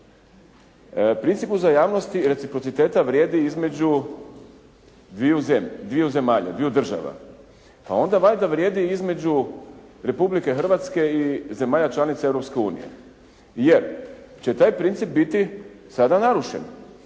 Princip uzajamnosti i reciprociteta vrijedi između dviju zemalja, dviju država pa onda valjda vrijedi i između Republike Hrvatske i zemalja članica Europske unije jer će taj princip biti sada narušen